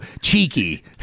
cheeky